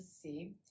see